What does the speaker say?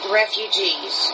refugees